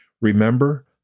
Remember